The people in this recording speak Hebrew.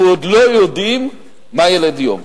אנחנו עוד לא יודעים מה ילד יום,